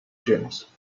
gens